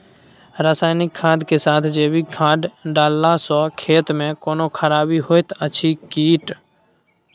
रसायनिक खाद के साथ जैविक खाद डालला सॅ खेत मे कोनो खराबी होयत अछि कीट?